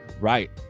Right